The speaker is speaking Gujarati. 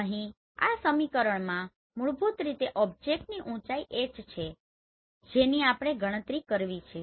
અહીં આ સમીકરણમાં મૂળભૂત રીતે ઓબ્જેક્ટની ઊચાઈ h છે જેની આપણે ગણતરી કરવી છે